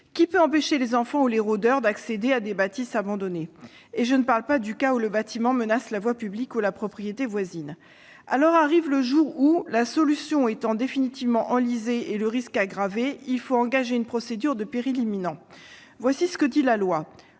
qui peut empêcher les enfants ou les rôdeurs d'accéder à des bâtisses abandonnées ? Et je ne parle pas du cas où le bâtiment menace la voie publique ou la propriété voisine. Alors arrive le jour où, la solution étant définitivement enlisée et le risque aggravé, il faut engager une procédure de péril imminent. Voici ce que dit la loi